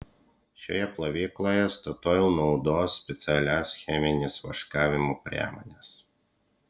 šioje plovykloje statoil naudos specialias chemines vaškavimo priemones